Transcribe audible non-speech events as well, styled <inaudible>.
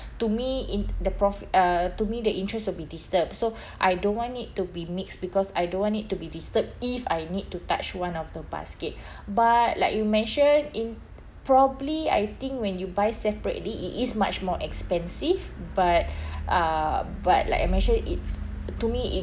to me in the profi~ uh to me the interest will be disturbed so I don't want it to be mixed because I don't want it to be disturbed if I need to touch one of the basket <breath> but like you mentioned in probably I think when you buy separately it is much more expensive but uh but like I mentioned it to me it